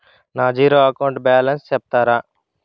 నా zero account balance సెప్తారా?